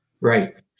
Right